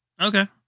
Okay